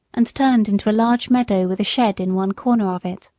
and turned into a large meadow with a shed in one corner of it.